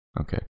Okay